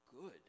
good